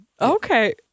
Okay